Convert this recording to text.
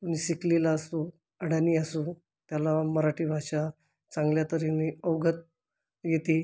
कुणी शिकलेला असो अडाणी असो त्याला मराठी भाषा चांगल्या तऱ्हेने अवगत येते